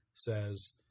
Says